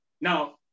Now